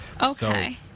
Okay